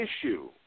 issue